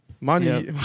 money